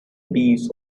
piece